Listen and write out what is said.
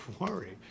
worry